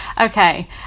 Okay